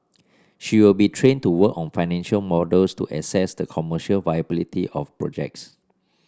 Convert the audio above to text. she will be trained to work on financial models to assess the commercial viability of projects